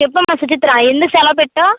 చెప్పమ్మా సుచిత్ర ఎందుకు సెలవు పెట్టావు